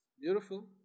beautiful